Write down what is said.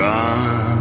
Run